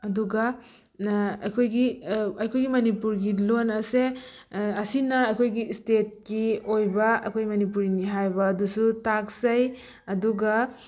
ꯑꯗꯨꯒ ꯑꯩꯈꯣꯏꯒꯤ ꯑꯩꯈꯣꯏꯒꯤ ꯃꯅꯤꯄꯨꯔꯒꯤ ꯂꯣꯟ ꯑꯁꯦ ꯑꯁꯤꯅ ꯑꯩꯈꯣꯏꯒꯤ ꯁ꯭ꯇꯦꯠꯀꯤ ꯑꯣꯏꯕ ꯑꯩꯈꯣꯏ ꯃꯅꯤꯄꯨꯔꯅꯤ ꯍꯥꯏꯕ ꯑꯗꯨꯁꯨ ꯇꯥꯛꯆꯩ ꯑꯗꯨꯒ